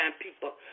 people